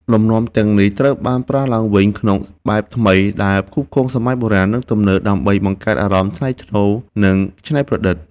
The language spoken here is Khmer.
លំនាំទាំងនេះត្រូវបានប្រើឡើងវិញក្នុងបែបថ្មី ដែលផ្គូផ្គងសម័យបុរាណ និងទំនើប ដើម្បីបង្កើតអារម្មណ៍ថ្លៃថ្នូរ និងច្នៃប្រឌិត។